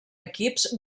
equips